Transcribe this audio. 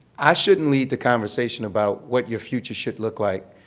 i shouldn't lead the conversation about what your future should look like.